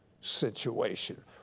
situation